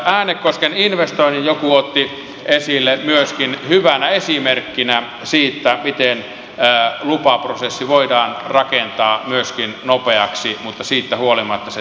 äänekosken investoinnin joku otti esille myöskin hyvänä esimerkkinä siitä miten lupaprosessi voidaan rakentaa myöskin nopeaksi mutta siitä huolimatta se tehdään huolellisesti